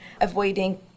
avoiding